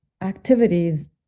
activities